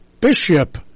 Bishop